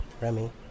Remy